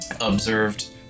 observed